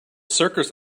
circus